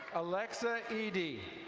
alexa edie.